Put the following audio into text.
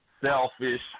selfish